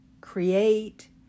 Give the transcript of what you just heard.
create